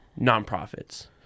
nonprofits